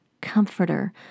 comforter